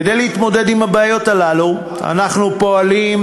כדי להתמודד עם הבעיות האלה אנחנו פועלים,